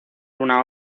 una